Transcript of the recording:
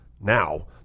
now